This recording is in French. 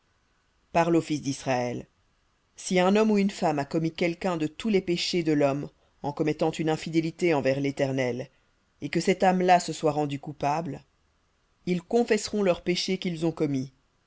aux fils d'israël si un homme ou une femme a commis quelqu'un de tous les péchés de l'homme en commettant une infidélité envers l'éternel et que cette âme là se soit rendue coupable ils confesseront leur péché qu'ils ont commis